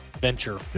venture